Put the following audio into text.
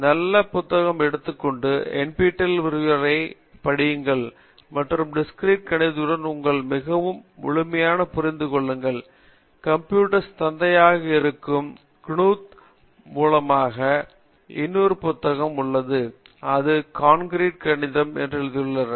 ஒரு புத்தகம் நல்ல புத்தகம் எடுத்துக் கொண்டு நஃபிடெல் விரிவுரையைப் படியுங்கள் மற்றும் discrete கணிதத்துடன் உங்களை மிகவும் முழுமையாகப் புரிந்து கொள்ளுங்கள் கம்ப்யூட்டர் சயின்ஸ் தந்தையாக இருக்கும் கிணுத்த மூலமாக இன்னொரு புத்தகம் உள்ளது அவர் கான்கிரிட் கணிதம் என்று எழுதியுள்ளார்